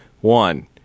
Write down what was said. one